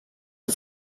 ist